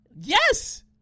Yes